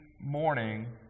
morning